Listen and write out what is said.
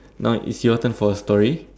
now it's your turn for a story